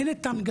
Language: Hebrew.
אין את ההנגשה,